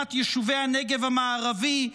מאדמת יישובי הנגב המערבי,